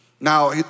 Now